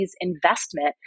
investment